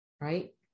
Right